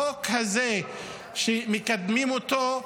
החוק הזה שמקדמים אותו,